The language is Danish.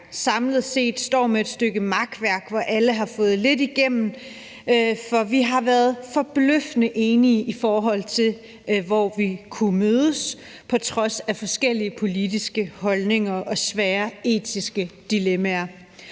samlet set står med et stykke makværk, hvor alle har fået lidt igennem. For vi har været forbløffende enige i forhold til, hvor vi kunne mødes, på trods af forskellige politiske holdninger og svære etiske dilemmaer.